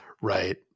Right